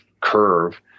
curve